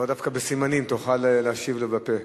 לאו דווקא בסימנים, תוכל להשיב לו בפה.